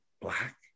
black